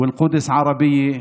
ירושלים היא ערבית,